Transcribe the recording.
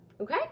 Okay